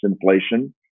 inflation